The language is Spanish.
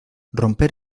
romper